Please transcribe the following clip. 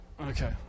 Okay